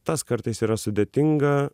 tas kartais yra sudėtinga